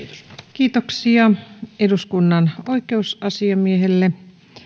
kiitoksia eduskunnan oikeusasiamiehelle